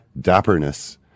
dapperness